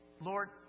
Lord